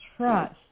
Trust